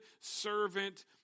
servant